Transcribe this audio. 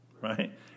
right